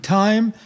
time